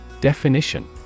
definition